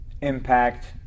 impact